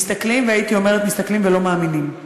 מסתכלים, הייתי אומרת, מסתכלים ולא מאמינים.